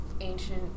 ancient